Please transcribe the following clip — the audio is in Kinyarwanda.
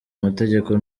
amategeko